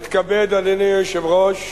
אתכבד, אדוני היושב-ראש,